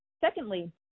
Secondly